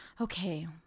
okay